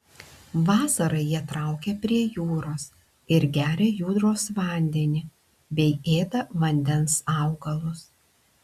vasarą jie traukia prie jūros ir geria jūros vandenį bei ėda vandens augalus